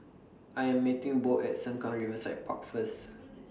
I Am meeting Bo At Sengkang Riverside Park First